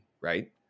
right